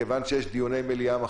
מכיוון שיש דיוני מליאה,